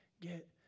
get